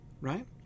right